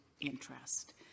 interest